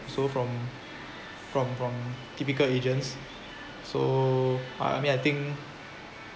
so from from from typical agents so I mean I think